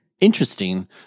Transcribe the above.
interesting